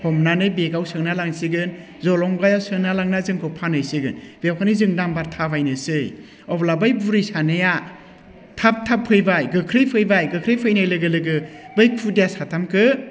हमनानै बेगाव सोना लांसिगोन जलंगायाव सोना लांना जोंखौ फानहैसिगोन बेखायनो जों माबार थाबायनोसै अब्ला बै बुरै सानैया थाब थाब फैबाय गोख्रै फैबाय गोख्रै फैनाय लोगो लोगो बै खुदिया साथामखौ